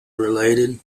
related